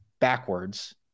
backwards